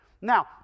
Now